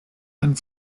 and